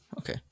Okay